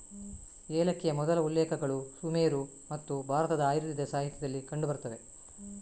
ಏಲಕ್ಕಿಯ ಮೊದಲ ಉಲ್ಲೇಖಗಳು ಸುಮೇರು ಮತ್ತು ಭಾರತದ ಆಯುರ್ವೇದ ಸಾಹಿತ್ಯದಲ್ಲಿ ಕಂಡು ಬರುತ್ತವೆ